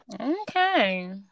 Okay